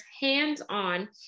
hands-on